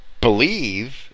believe